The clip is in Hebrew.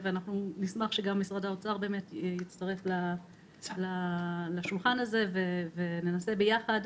נשמח שגם משרד האוצר יצטרף לשולחן הזה וננסה יחד,